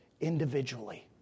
individually